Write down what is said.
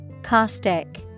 Caustic